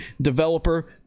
developer